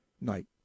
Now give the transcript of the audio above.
night